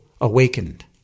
awakened